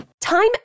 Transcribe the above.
Time